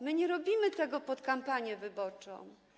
My nie robimy tego pod kampanię wyborczą.